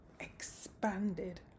expanded